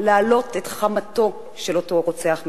להעלות את חמתו של אותו רוצח מתועב.